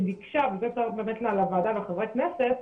וזה באמת לוועדה ולחברי הכנסת,